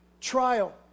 trial